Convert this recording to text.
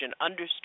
understood